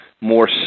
more